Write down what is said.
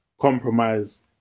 compromise